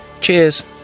Cheers